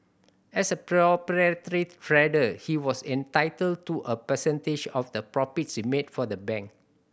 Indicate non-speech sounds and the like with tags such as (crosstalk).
as a (unintelligible) trader he was entitled to a percentage of the profits he made for the bank